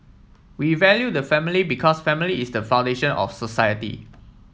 we value the family because family is the foundation of society